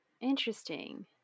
Interesting